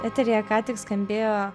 eteryje ką tik skambėjo